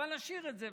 אבל נשאיר את זה,